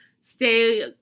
stay